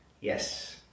yes